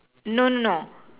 no no no